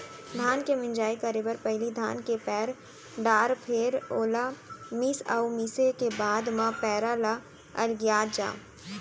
धान के मिंजई करे बर पहिली धान के पैर डार फेर ओला मीस अउ मिसे के बाद म पैरा ल अलगियात जा